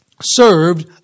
served